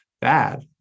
bad